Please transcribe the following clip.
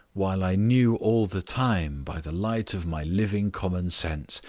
while i knew all the time, by the light of my living common sense,